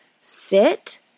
sit